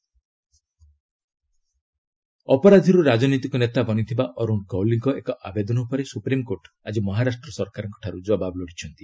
SC ମହା ଅପରାଧୀରୁ ରାଜନୈତିକ ନେତା ବନିଥିବା ଅରୁଣ ଗଓ୍ୱଲୀଙ୍କ ଏକ ଆବେଦନ ଉପରେ ସୁପ୍ରିମ୍କୋର୍ଟ ଆଜି ମହାରାଷ୍ଟ୍ର ସରକାରଙ୍କଠାରୁ ଜବାବ ଲୋଡ଼ିଛନ୍ତି